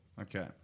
Okay